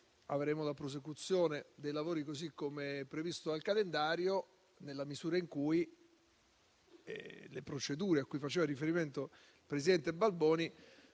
avremo la prosecuzione dei lavori, così come previsto dal calendario, nella misura in cui le procedure cui faceva riferimento il presidente Balboni